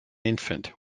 infant